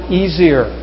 easier